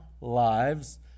lives